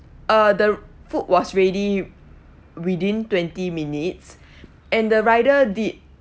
uh the food was ready within twenty minutes and the rider did